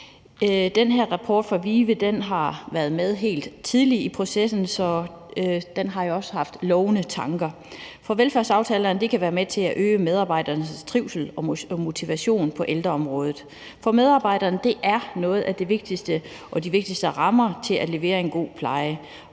Den her rapport fra VIVE har været med tidligt i processen, og der ligger lovende takter i den. Velfærdsaftalerne kan være med til at øge medarbejdernes trivsel og motivation på ældreområdet, for medarbejderne er noget af det vigtigste og den vigtigste ramme til at levere en god pleje,